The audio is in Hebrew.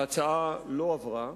ההצעה לא עברה.